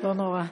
לא נורא.